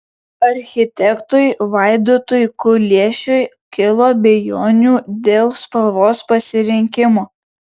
architektui vaidotui kuliešiui kilo abejonių dėl spalvos pasirinkimo